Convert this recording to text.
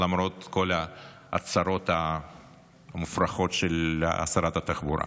למרות כל ההצהרות המופרכות של שרת התחבורה.